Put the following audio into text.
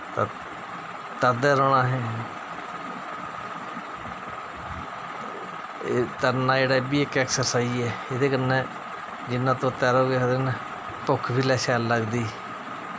ते तरदे रौह्ना असें करना जेहका एह् बी इक ऐक्सरसाइज ऐ एह्दे कन्नै जिन्ना तैरो गे एह्दे कन्नै भुक्ख बी शैल लगदी